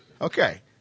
Okay